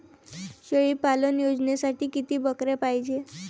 शेळी पालन योजनेसाठी किती बकऱ्या पायजे?